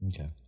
Okay